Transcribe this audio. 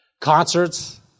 Concerts